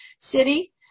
city